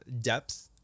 depth